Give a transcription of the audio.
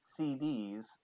CDs